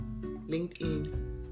LinkedIn